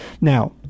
Now